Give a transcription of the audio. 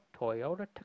Toyota